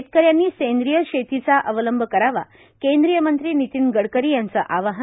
शेतकऱ्यांनी सेंद्रीय शेतीचा अवलंब करावा केंद्रीय मंत्री नितीन गडकरी यांचं आवाहन